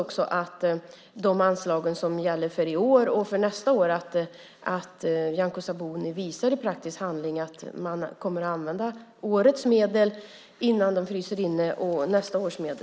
När det gäller anslagen för i år och nästa år hoppas jag att Nyamko Sabuni visar i praktisk handling att man kommer att använda årets och nästa års medel innan de fryser inne.